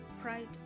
pride